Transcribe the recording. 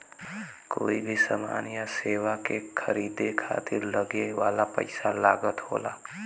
कोई भी समान या सेवा के खरीदे खातिर लगे वाला पइसा लागत होला